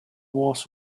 was